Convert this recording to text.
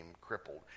crippled